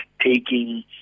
taking